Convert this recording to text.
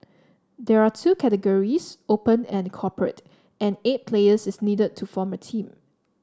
there are two categories Open and Corporate and eight players is needed to form a team